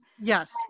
Yes